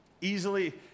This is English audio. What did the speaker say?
Easily